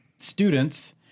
Students